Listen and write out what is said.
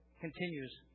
continues